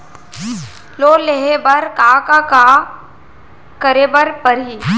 Loan लेहे बर का का का करे बर परहि?